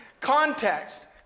Context